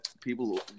people